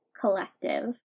collective